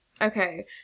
okay